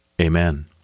amen